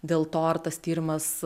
dėl to ar tas tyrimas